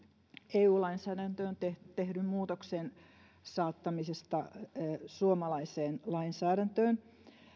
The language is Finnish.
eu lainsäädäntöön tehdyn muutoksen saattamisesta suomalaiseen lainsäädäntöön